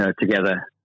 together